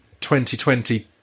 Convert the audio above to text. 2020